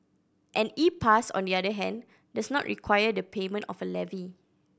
an E Pass on the other hand does not require the payment of a levy